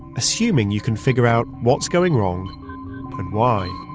assuming you can figure out what's going wrong and why